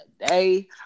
today